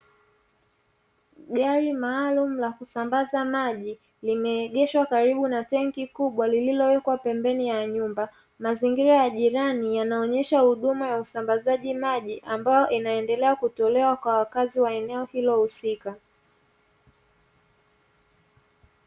Gari maalumu la kusambaza maji limeegeswa karibu na tenki kubwa lililowekwa pembeni ya nyumba, mazingira ya jirani yanaonyesha huduma ya usambazaji maji, ambayo inaendelea kutolewa kwa wakazi wa eneo hilo husika.